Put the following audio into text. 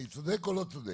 אני צודק או לא צודק?